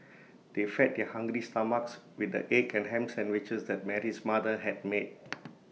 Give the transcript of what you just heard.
they fed their hungry stomachs with the egg and Ham Sandwiches that Mary's mother had made